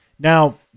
Now